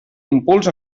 impuls